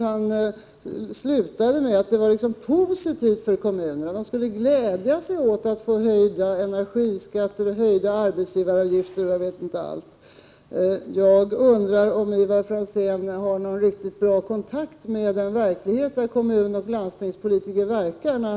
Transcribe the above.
Han sade t.o.m. att höjda energiskatter, höjda arbetsgivaravgifter osv. skulle vara någonting positivt för kommunerna. Jag undrar om Ivar Franzén har så god kännedom om den verklighet som kommunoch landstingspolitiker verkar i.